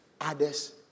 others